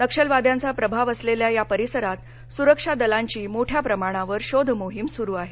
नक्षलवाद्यांचा प्रभाव असलेल्या या परिसरात सुरक्षा दलांची मोठ्या प्रमाणावर शोध मोहीम सुरू आहे